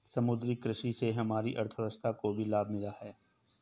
समुद्री कृषि से हमारी अर्थव्यवस्था को भी लाभ मिला है